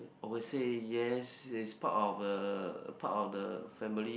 I will say yes it's part of a part of the family